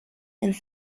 and